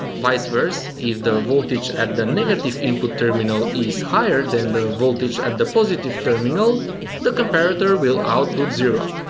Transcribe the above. vice verse, if the voltage at the negative input terminal is higher than the voltage at the positive terminal the comparator will output zero.